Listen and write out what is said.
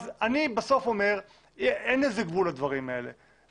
אז אני בסוף אומר, אין לזה גבול לדברים האלה.